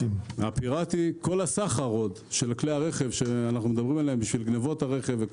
בשביל הסחר בכלי הרכב שאנחנו מדברים עליהם,